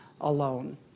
alone